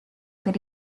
per